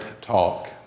Talk